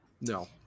no